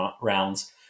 rounds